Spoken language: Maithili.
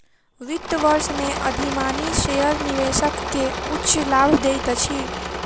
वित्त वर्ष में अधिमानी शेयर निवेशक के उच्च लाभ दैत अछि